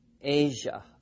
Asia